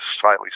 slightly